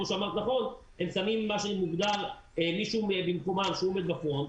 הם שמים מישהו במקומם שהוא עומד בפרונט,